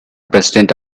president